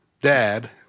dad